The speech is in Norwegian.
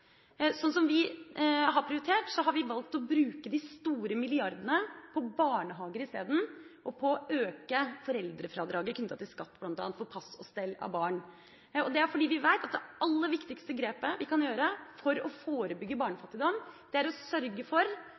Vi har isteden prioritert å velge å bruke de mange milliardene på barnehager og på å øke foreldrefradraget knyttet til skatt, bl.a., for pass og stell av barn. Det er fordi vi vet at det aller viktigste grepet vi kan gjøre for å forebygge barnefattigdom, er å sørge for